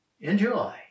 Enjoy